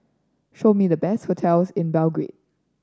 show me the best hotels in Belgrade